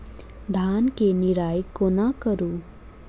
धान केँ निराई कोना करु?